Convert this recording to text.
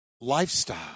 lifestyle